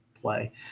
Play